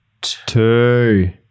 two